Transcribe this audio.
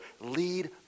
Lead